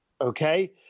okay